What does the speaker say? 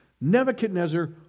Nebuchadnezzar